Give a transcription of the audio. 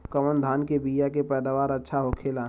कवन धान के बीया के पैदावार अच्छा होखेला?